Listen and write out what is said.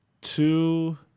two